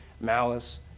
malice